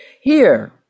Here